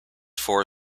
four